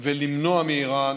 ולמנוע מאיראן